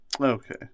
Okay